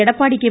Edappadi K